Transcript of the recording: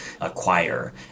acquire